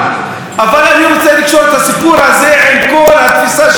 אבל אני רוצה לקשור את הסיפור הזה עם כל התפיסה של הגירוש.